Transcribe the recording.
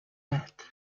that